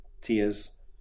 tears